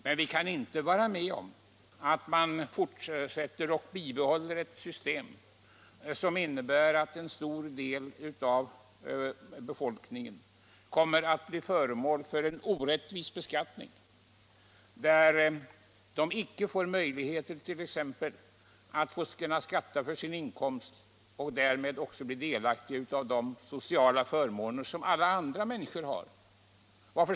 Men vi kan inte vara med om att man bibehåller ett system som innebär att en stor del av befolkningen blir föremål för en orättvis beskattning: De har icke möjlighet att själva skatta för sin inkomst och därmed är de inte heller delaktiga av de sociala förmåner som alla andra människor har.